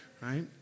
right